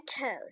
toad